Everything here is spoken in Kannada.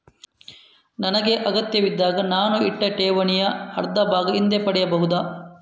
ನನಗೆ ಅಗತ್ಯವಿದ್ದಾಗ ನಾನು ಇಟ್ಟ ಠೇವಣಿಯ ಅರ್ಧಭಾಗ ಹಿಂದೆ ಪಡೆಯಬಹುದಾ?